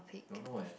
don't know eh